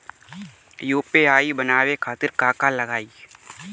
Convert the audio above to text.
UPI बनावे खातिर का का लगाई?